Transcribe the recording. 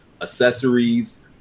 accessories